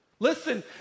Listen